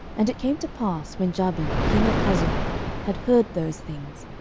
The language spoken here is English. and it came to pass, when jabin king of hazor had heard those things,